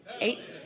eight